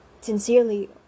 sincerely